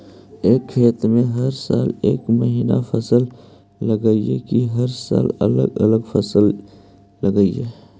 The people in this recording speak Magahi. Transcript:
एक खेत में हर साल एक महिना फसल लगगियै कि हर साल अलग अलग फसल लगियै?